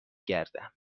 گردم